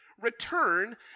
Return